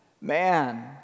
man